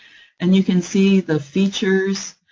and you can see the features,